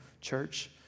church